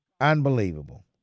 Unbelievable